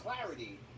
clarity